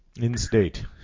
In-state